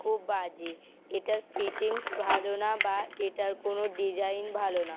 খুব বাজে এটার ফিটিংস ভালো না বা এটার কোনো ডিজাইন ভালো না